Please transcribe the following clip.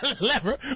Lever